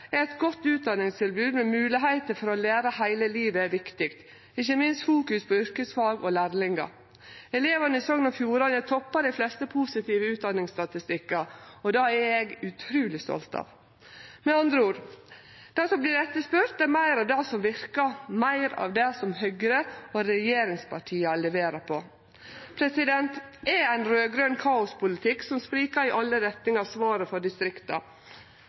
er eit godt utdanningstilbod med moglegheiter for å lære heile livet viktig, og ikkje minst fokus på yrkesfag og lærlingar. Elevane i Sogn og Fjordane toppar dei fleste positive utdanningsstatistikkar, og det er eg utruleg stolt av. Med andre ord: Det som vert etterspurt, er meir av det som verkar, meir av det som Høgre og regjeringspartia leverer på. Er ein raud-grøn kaospolitikk som sprikar i alle retningar, svaret for distrikta?